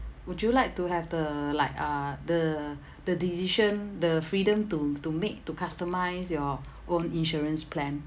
would you like to have the like uh the the decision the freedom to to make to customise your own insurance plan